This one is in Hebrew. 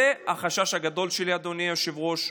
זה החשש הגדול שלי, אדוני היושב-ראש,